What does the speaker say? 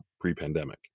pre-pandemic